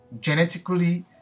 genetically